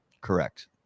correct